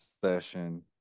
session